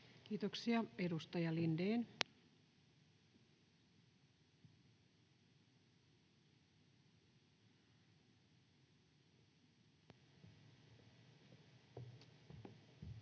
Kiitoksia. — Edustaja Lindén. Arvoisa